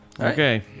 Okay